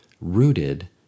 rooted